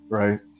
right